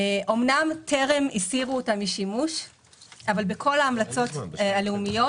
אמנם טרם הסירו אותם משימוש אבל בכל ההמלצות הלאומיות